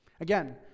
Again